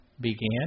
began